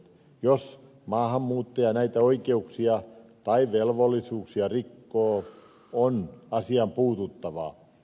jos maahanmuuttaja näitä oikeuksia tai velvollisuuksia rikkoo on asiaan puututtava